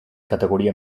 categoria